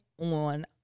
on